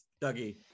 Dougie